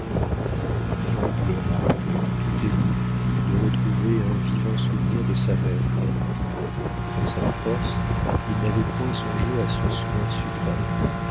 l'enfant pleura tout ému de retrouver un vivant souvenir de sa mère morte dans sa force il n'avait point songé à ce soin suprême